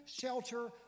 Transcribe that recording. shelter